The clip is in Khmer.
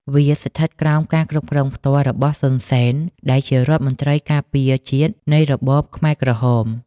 វាស្ថិតក្រោមការគ្រប់គ្រងផ្ទាល់របស់ សុន សេន ដែលជារដ្ឋមន្រ្តីការពារជាតិ នៃរបបខ្មែរក្រហម។